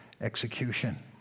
execution